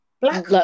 Black